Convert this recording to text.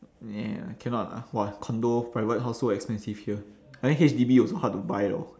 yeah cannot ah !wah! condo private house so expensive here I think H_D_B also hard to buy loh